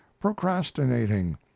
procrastinating